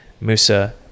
Musa